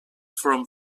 from